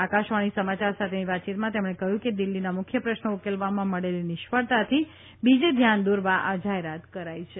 આકાશવાણી સમાચાર સાથેની વાતચીતમાં તેમણે કહ્યું કે દિલ્હીના મૂખ્ય પ્રશ્નો ઉકેલવામાં મળેલી નિષ્ફળતાથી બીજે ધ્યાન દોરવા આ જાહેરાત કરી છે